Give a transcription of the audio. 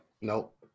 nope